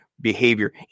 behavior